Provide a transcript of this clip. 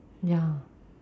ya